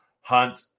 Hunt